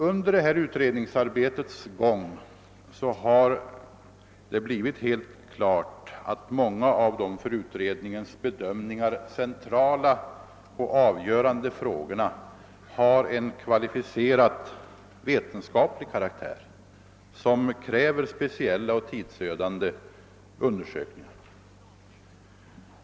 Under utredningsarbetets gång har det blivit helt klart att många av de för utredningens bedömningar centrala och avgörande frågorna har en kvalificerat vetenskaplig karaktär, som kräver speciella och tidsödande undersökningar.